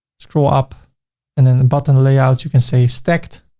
scroll up and then the button layout, you can say stacked.